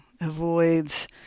avoids